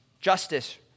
Justice